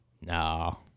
No